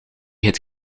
het